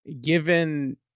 given